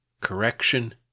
correction